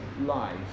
lies